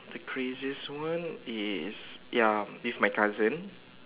the craziest one is ya with my cousin